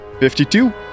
52